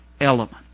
element